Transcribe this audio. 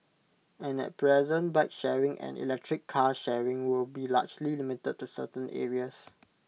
and at present bike sharing and electric car sharing with be largely limited to certain areas